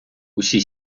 усі